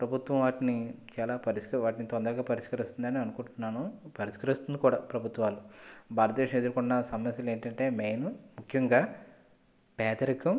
ప్రభుత్వం వాటిని చాలా పరి వాటిని చాలా తొందరగా పరిష్కరిస్తుందని అనుకుంటున్నాను పరిష్కరిస్తుంది కూడా ప్రభుత్వాలు భారతదేశం ఎదుర్కొన్న సమస్యలు ఏంటి అంటే మెయిన్ ముఖ్యంగా పేదరికం